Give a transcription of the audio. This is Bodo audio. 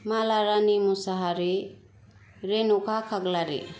माला रानि मुसाहारि रेन'का खाख्लारि